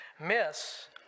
miss